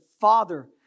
Father